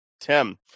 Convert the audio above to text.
Tim